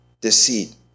deceit